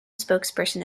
spokesperson